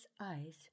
eyes